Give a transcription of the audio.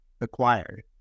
acquired